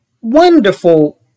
Wonderful